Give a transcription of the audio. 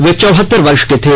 वे चौहतर वर्श के थे